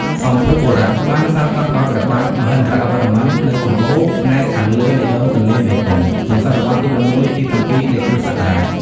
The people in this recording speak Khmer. សម្ភុបុរៈ បានសាងសង់ដោយព្រះបាទ មហេន្ទ្រវរ្ម័ន នៅសម្បូរណ៍ផ្នែកខាងលើនៃដងទន្លេមេគង្គ ក្នុងសតវត្សរ៍ទី៦ ទី៧ នៃគ្រិស្តសករាជ ។